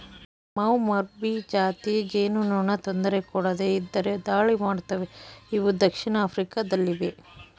ಮೌಮೌಭಿ ಜಾತಿ ಜೇನುನೊಣ ತೊಂದರೆ ಕೊಡದೆ ಇದ್ದರು ದಾಳಿ ಮಾಡ್ತವೆ ಇವು ದಕ್ಷಿಣ ಆಫ್ರಿಕಾ ದಲ್ಲಿವೆ